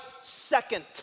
second